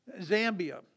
Zambia